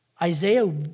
Isaiah